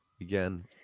again